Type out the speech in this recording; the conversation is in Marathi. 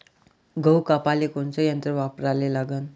गहू कापाले कोनचं यंत्र वापराले लागन?